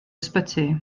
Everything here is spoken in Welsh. ysbyty